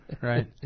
right